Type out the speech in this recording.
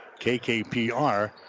KKPR